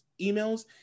emails